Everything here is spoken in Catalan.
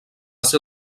ser